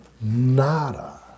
Nada